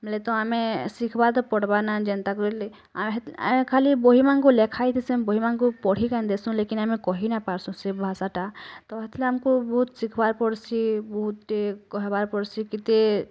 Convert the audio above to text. ବେଲେ ତ ଆମେ ଶିଖ୍ବା ତ ପଡ଼୍ବା ନା ଯେନ୍ତା କଲି ଆମେ ଖାଲି ବହି ମାନକୁଁ ଲେଖା ହେଇଥିସି ଆମେ ବହି ମାନକୁଁ ପଢ଼ି କାଏଁ ଦେସୁଁ ଲେକିନ୍ ଆମେ କହି ନାଇଁ ପାରସୁଁ ସେ ଭାଷାଟା ତ ହେତିର୍ ଆମକୁ ବହୁତ୍ ଶିଖବାର୍ ପଡ଼୍ସି ବହୁତ୍ ଟେ କହେବାର୍ ପଡ଼୍ସି କେତେ